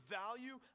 value